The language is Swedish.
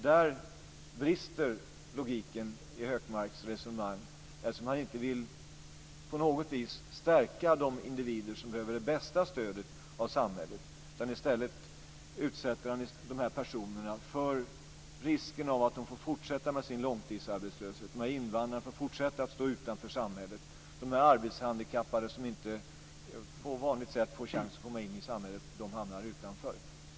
Där brister logiken i Hökmarks resonemang, eftersom han inte på något vis vill stärka de individer som behöver det bästa stödet av samhället. Han utsätter i stället de här personerna för risken att de får fortsätta med sin långtidsarbetslöshet. Invandrarna får fortsätta att stå utanför samhället. De arbetshandikappade som inte på vanligt sätt får chansen att komma in i samhället hamnar utanför.